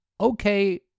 okay